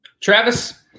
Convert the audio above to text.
Travis